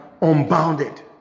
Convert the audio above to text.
unbounded